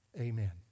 Amen